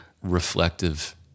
reflective